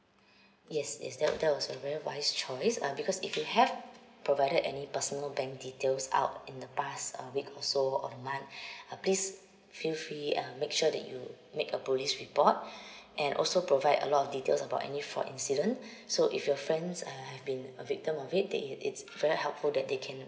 yes is that that was a very wise choice uh because if you have provided any personal bank details out in the past uh week or so a month uh please feel free uh make sure that you make a police report and also provide a lot of details about any fraud incident so if your friends uh have been a victim of it then it it's very helpful that they can